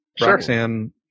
Roxanne